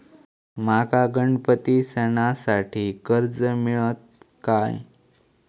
माका गणपती सणासाठी कर्ज मिळत काय?